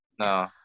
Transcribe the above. No